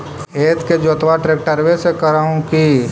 खेत के जोतबा ट्रकटर्बे से कर हू की?